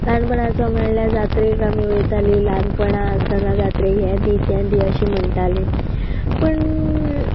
ल्हानपणाचो म्हळ्यार जात्रेक आमी वयताली ल्हानपणां आसतना जात्रेक हें दी तें दी अशें म्हणटाली पूण